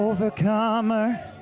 Overcomer